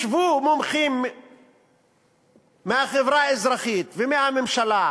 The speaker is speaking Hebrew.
ישבו מומחים מהחברה האזרחית, ומהממשלה,